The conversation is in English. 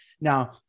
Now